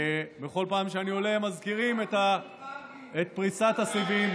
בכל פעם שאני עולה הם מזכירים את פריסת הסיבים,